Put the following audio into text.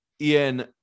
Ian